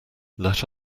let